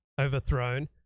overthrown